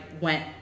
went